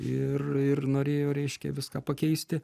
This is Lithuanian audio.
ir ir norėjo reiškia viską pakeisti